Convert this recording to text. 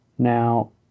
Now